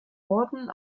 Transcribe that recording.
orden